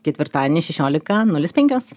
ketvirtadienį šešiolika nulis penkios